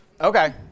Okay